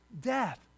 death